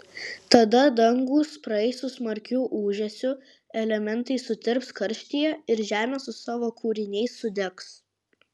tada dangūs praeis su smarkiu ūžesiu elementai sutirps karštyje ir žemė su savo kūriniais sudegs